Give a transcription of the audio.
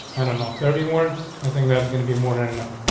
i don't know thirty words. i think that's going to be more than enough.